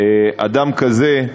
אדם כזה,